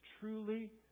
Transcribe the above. truly